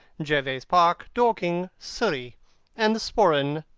gervase park, dorking, surrey and the sporran,